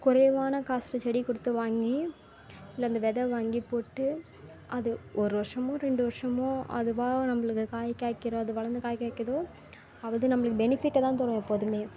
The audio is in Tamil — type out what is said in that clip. குறைவான காசில் செடி கொடுத்து வாங்கி இல்லை அந்த வெதை வாங்கி போட்டு அது ஒரு வருஷமோ ரெண்டு வருஷமோ அதுவாக நம்மளுக்கு காய் காய்க்கிறது அது வளர்ந்து காய் காய்க்குதோ அது நம்மளுக்கு பெனிஃபிட்டை தான் தரும் எப்போதும்